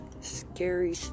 Scary